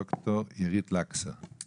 דוקטור אירית לקסר,